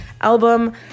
album